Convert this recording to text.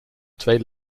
twee